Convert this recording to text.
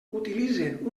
utilitzen